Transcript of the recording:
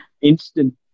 instant